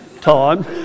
time